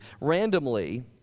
randomly